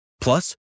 Plus